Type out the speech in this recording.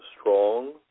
strong